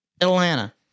Atlanta